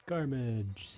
Garbage